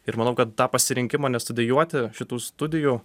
ir manau kad tą pasirinkimą nestudijuoti šitų studijų